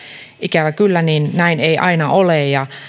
ikävä kyllä näin ei aina ole